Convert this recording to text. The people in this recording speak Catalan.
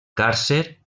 càrcer